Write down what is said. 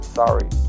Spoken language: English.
sorry